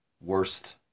worst